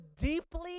deeply